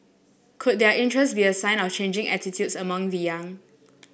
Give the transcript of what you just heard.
could their interest be a sign of changing attitudes amongst the young